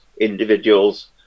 individuals